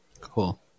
Cool